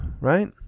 right